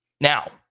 Now